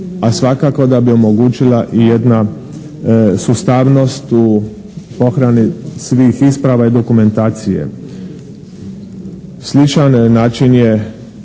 a svakako da bi omogućila i jedna sustavnost u pohrani svih isprava i dokumentacije. Sličan način je